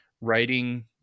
writing